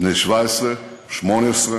בני 18-17,